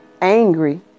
angry